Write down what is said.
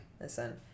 listen